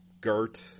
Gert